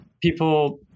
people